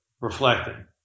reflecting